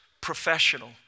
professional